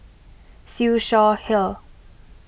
Siew Shaw Her